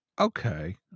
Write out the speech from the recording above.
Okay